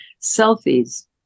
selfies